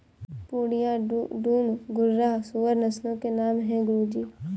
पूर्णिया, डूम, घुर्राह सूअर नस्लों के नाम है गुरु जी